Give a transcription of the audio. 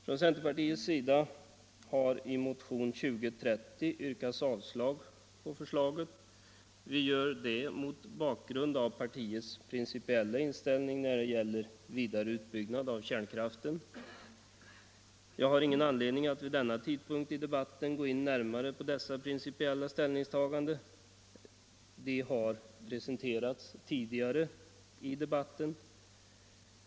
Från centerpartiets sida har i motionen 2030 yrkats avslag på förslaget. Vi gör det mot bakgrund av partiets principiella inställning när det gäller vidare utbyggnad av kärnkraften. Jag har ingen anledning att vid denna tidpunkt i debatten gå in närmare på dessa principiella ställningstaganden. De har presenterats tidigare i debatten i dag.